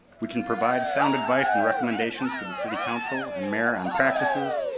we can provide sound advice and recommendations to the city council and mayor on practices,